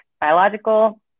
biological